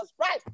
Right